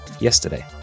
yesterday